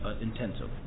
intensive